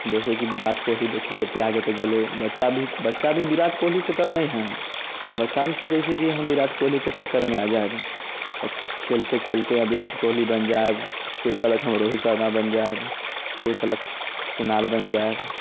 जैसेकि विराट कोहली देखियौ कते आगे तक गेले बच्चा बच्चा भी विराट कोहलीसँ कम नहि हय बच्चा भी सोचै छै की हम विराट कोहलीके टक्करमे आबि जायब खेलते खेलते विराट कोहली बनि जायब कोइ कहलक हम रोहित शर्मा बनि जायब कोइ कहलक कुणाल बनि जायब